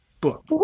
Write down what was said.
book